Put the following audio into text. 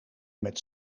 met